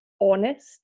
honest